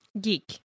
Geek